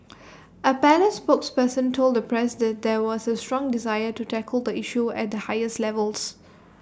A palace spokesperson told the press that there was A strong desire to tackle the issue at the highest levels